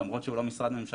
למרות הוא לא משרד ממשלתי,